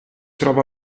trova